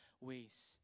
ways